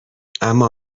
اما